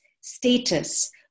status